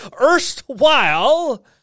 erstwhile